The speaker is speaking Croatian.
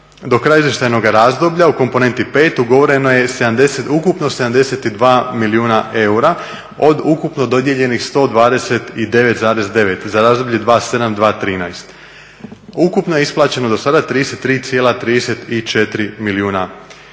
do kraja izvještajnog razdoblja u komponenti 5 ugovoreno je ukupno 72 milijuna eura od ukupno dodijeljenih 129,9 za razdoblje 2007. - 2013. Ukupna isplaćenost do sada 33,34 milijuna eura.